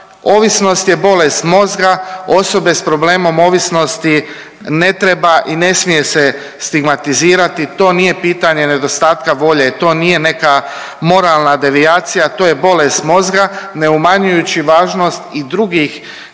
Ovisnost je bolest mozga, osobe s problemom ovisnosti ne treba i ne smije se stigmatizirati. To nije pitanje nedostatka volje, to nije neka moralna devijacija, to je bolest mozga ne umanjujući važnost i drugih dimenzija